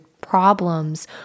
problems